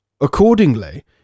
Accordingly